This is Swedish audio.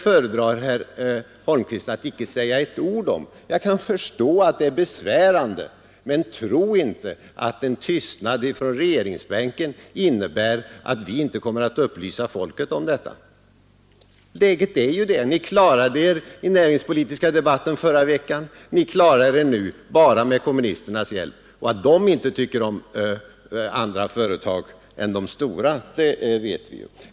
Herr Holmqvist säger inte ett ord om det, och jag kan förstå att det är besvärande, men tro inte att en tystnad från regeringsbänken innebär att vi inte kommer att upplysa folket om detta. Läget är ju sådant att ni klarade er i den näringspolitiska debatten förra veckan och ni klarar er nu bara med kommunisternas hjälp. Att kommunisterna inte tycker om andra företag än de stora, det vet vi.